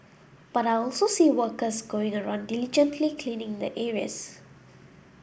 but I also see workers going around diligently cleaning the areas